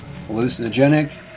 hallucinogenic